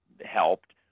helped